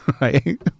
right